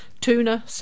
tuna